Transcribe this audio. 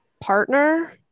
partner